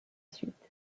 suite